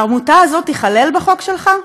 העמותה הזאת תיכלל בחוק שלך?